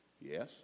Yes